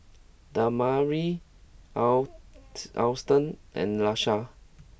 Damari out Alston and Laisha